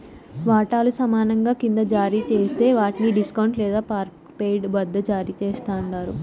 వాటాలు సమానంగా కింద జారీ జేస్తే వాట్ని డిస్కౌంట్ లేదా పార్ట్పెయిడ్ వద్ద జారీ చేస్తండారు